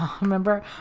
remember